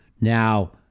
Now